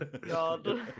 God